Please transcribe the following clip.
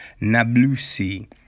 Nablusi